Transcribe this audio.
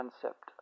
Concept